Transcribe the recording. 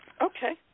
Okay